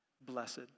blessed